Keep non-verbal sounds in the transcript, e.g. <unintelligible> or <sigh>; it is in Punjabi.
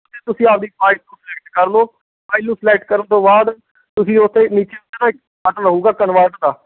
ਤੁਸੀਂ ਆਪਦੀ ਫਾਈਲ ਨੂੰ ਸਿਲੈਕਟ ਕਰ ਲਉ ਫਾਈਲ ਨੂੰ ਸਿਲੈਕਟ ਕਰਨ ਤੋਂ ਬਾਅਦ ਤੁਸੀਂ ਉੱਥੇ ਨੀਚੇ <unintelligible> ਬਟਨ ਹੋਊਗਾ ਕਨਵਰਟ ਦਾ